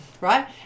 right